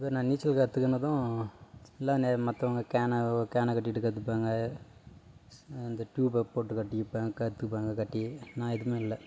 அதுவே நான் நீச்சல் கற்றுக்கினதும் எல்லானே மற்றவங்க கேனவு கேனை கட்டிவிட்டு கற்றுப்பாங்க ஸ் அந்த ட்யூபை போட்டு கட்டிப்பேன் கற்றுப்பாங்க கட்டி நான் எதுவுமே இல்லை